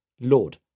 Lord